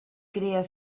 crea